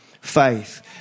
faith